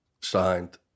signed